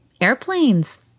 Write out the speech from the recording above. Airplanes